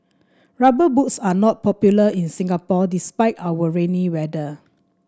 rubber boots are not popular in Singapore despite our rainy weather